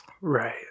Right